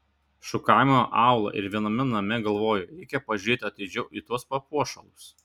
šukavome aūlą ir viename name galvoju reikia pažiūrėti atidžiau į tuos papuošalus